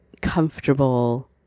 comfortable